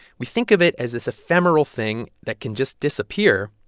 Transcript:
we think of it as this ephemeral thing that can just disappear.